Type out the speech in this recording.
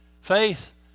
Faith